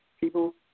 People